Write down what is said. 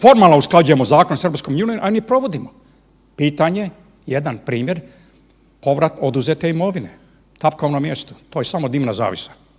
formalno usklađujemo zakone sa EU, a ne provodimo. Pitanje, jedan primjer povrat oduzete imovine, tapkamo na mjestu. To je samo dimna zavjesa.